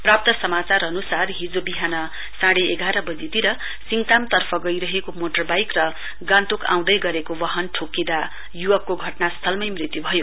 प्राप्त समाचार हिजो विहान साढे एघार वजीतिर सिङताम तर्फ गइरहेको मोटर बाइक र गान्तोक आँउदै गरेके वाहन ठोकिँदा युवकको घटनास्थलमै मृत्यु भयो